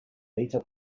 beta